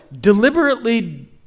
Deliberately